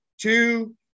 two